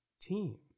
team